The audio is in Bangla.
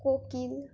কোকিল